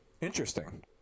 Interesting